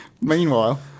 Meanwhile